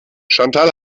chantal